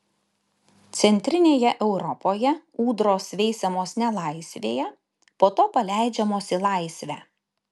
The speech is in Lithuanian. centrinėje europoje ūdros veisiamos nelaisvėje po to paleidžiamos į laisvę